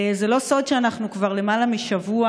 זה לא סוד שאנחנו מנסים להגיע להסכמה כבר למעלה משבוע,